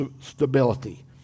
stability